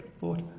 thought